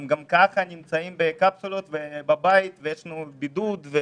הם נמצאים בקפסולות בבית, ויש לנו בידוד.